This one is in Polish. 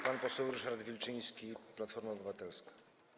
Pan poseł Ryszard Wilczyński, Platforma Obywatelska.